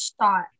shot